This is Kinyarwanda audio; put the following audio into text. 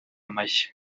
mashya